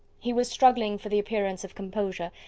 he was struggling for the appearance of composure,